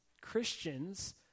Christians